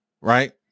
right